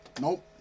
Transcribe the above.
Nope